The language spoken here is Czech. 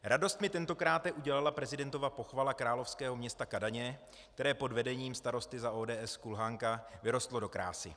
Radost mi tentokráte udělala prezidentova pochvala královského města Kadaně, které pod vedením starosty za ODS Kulhánka vyrostlo do krásy.